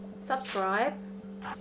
Subscribe